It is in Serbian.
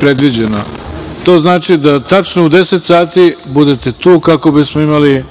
predviđeno. To znači da tačno u 10.00 časova budete tu kako bismo imali